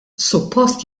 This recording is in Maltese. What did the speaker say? suppost